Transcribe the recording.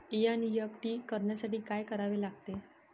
NEFT करण्यासाठी काय करावे लागते?